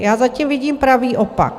Já zatím vidím pravý opak.